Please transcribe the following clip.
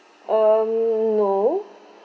um no